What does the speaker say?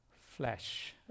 flesh